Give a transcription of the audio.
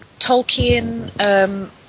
Tolkien